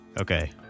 Okay